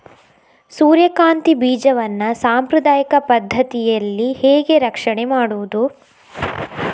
ಸೂರ್ಯಕಾಂತಿ ಬೀಜವನ್ನ ಸಾಂಪ್ರದಾಯಿಕ ಪದ್ಧತಿಯಲ್ಲಿ ಹೇಗೆ ರಕ್ಷಣೆ ಮಾಡುವುದು